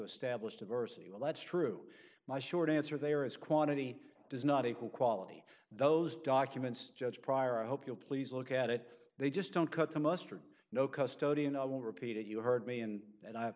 establish diversity well that's true my short answer there is quantity does not equal quality those documents judge pryor i hope you'll please look at it they just don't cut the mustard no custody and i will repeat it you heard me in and i